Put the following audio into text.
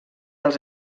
els